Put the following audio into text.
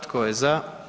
Tko je za?